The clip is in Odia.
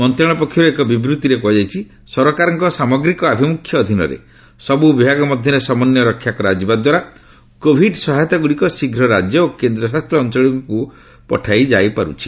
ମନ୍ତ୍ରଣାଳୟ ପକ୍ଷରୁ ଏକ ବିବୃଭିରେ କୁହାଯାଇଛି ସରକାରଙ୍କ ସାମଗ୍ରୀକ ଆଭିମୁଖ୍ୟ ଅଧୀନରେ ସବୁ ବିଭାଗ ମଧ୍ୟରେ ସମନ୍ୱୟ ରକ୍ଷା କରାଯିବାଦ୍ୱାରା କୋଭିଡ୍ ସହାୟତାଗୁଡ଼ିକ ଶୀଘ୍ର ରାଜ୍ୟ ଓ କେନ୍ଦ୍ରଶାସିତ ଅଞ୍ଚଳଗୁଡ଼ିକୁ ପଠାଯାଇ ପାର୍ଚ୍ଛି